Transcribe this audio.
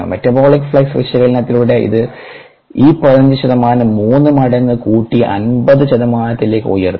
metabolic flux വിശകലനത്തിലൂടെ ഈ 15 ശതമാനം 3 മടങ്ങ് കൂട്ടി 50 ശതമാനത്തിലേക്ക് ഉയർത്തി